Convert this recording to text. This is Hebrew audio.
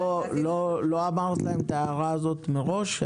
לא הערת להם את ההערה הזאת מראש?